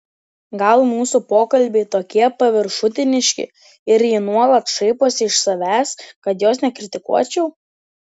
gal mūsų pokalbiai tokie paviršutiniški ir ji nuolat šaiposi iš savęs kad jos nekritikuočiau